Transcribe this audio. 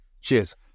cheers